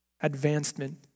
advancement